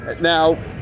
Now